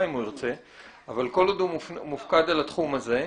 אם הוא ירצה אבל כל עוד הוא מופקד על התחום הזה,